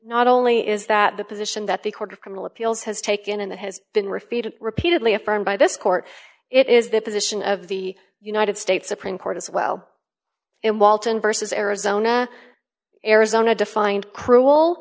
not only is that the position that the court of criminal appeals has taken and that has been refuted repeatedly affirmed by this court it is the position of the united states supreme court as well in walton versus arizona arizona defined cruel